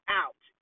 out